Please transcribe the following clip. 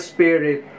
Spirit